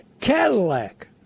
Cadillac